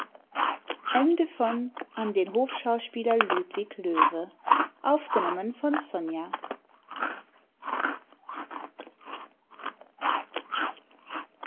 an den hofschauspieler ludwig löwe